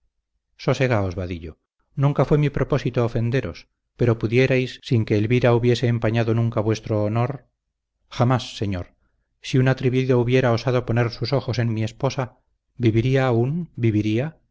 sosegaos vadillo nunca fue mi propósito ofenderos pero pudierais sin que elvira hubiese empañado nunca vuestro honor jamás señor si un atrevido hubiera osado poner sus ojos en mi esposa viviría aún viviría